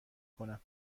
کنم